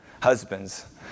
Husbands